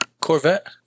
Corvette